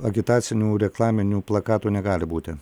agitacinių reklaminių plakatų negali būti